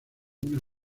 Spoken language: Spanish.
una